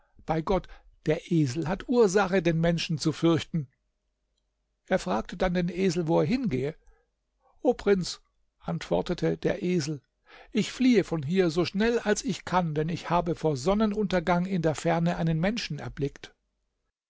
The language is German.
bei gott der esel hat ursache den menschen zu fürchten er fragte dann den esel wo er hingehe o prinz antwortete der esel ich fliehe von hier so schnell als ich kann denn ich habe vor sonnenuntergang in der ferne einen menschen erblickt